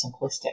simplistic